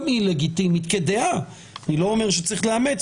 גם היא לגיטימית כדעה ואני לא אומר שצריך לאמץ